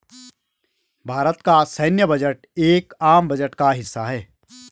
भारत का सैन्य बजट एक आम बजट का हिस्सा है